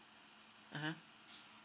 mmhmm